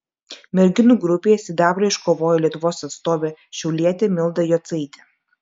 merginų grupėje sidabrą iškovojo lietuvos atstovė šiaulietė milda jocaitė